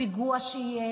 הזה,